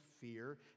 fear